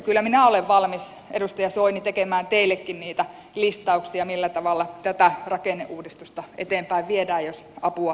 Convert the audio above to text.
kyllä minä olen valmis edustaja soini tekemään teillekin niitä listauksia millä tavalla tätä rakenneuudistusta eteenpäin viedään jos apua tarvitaan